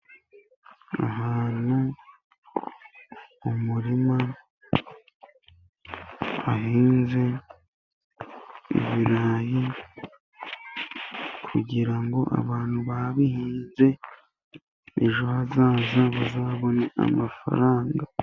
Ahantu mu murima hahinze ibirayi, kugira ngo abantu ababinze ejo hazaza bazabone amafaranga.